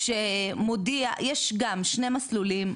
כשמודיע יש גם שני מסלולים,